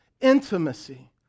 Intimacy